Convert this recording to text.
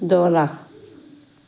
দহ লাখ